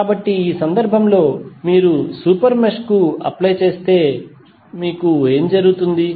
కాబట్టి ఈ సందర్భంలో మీరు సూపర్ మెష్ కు అప్లై చేస్తే ఏమి జరుగుతుంది